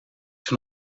van